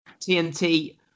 TNT